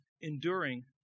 enduring